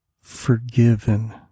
forgiven